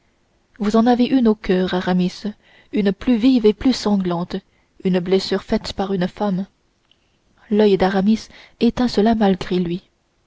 vous en avez une au coeur aramis une plus vive et plus sanglante une blessure faite par une femme l'oeil d'aramis étincela malgré lui